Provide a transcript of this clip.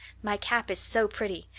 my cap is so pretty.